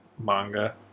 manga